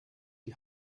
die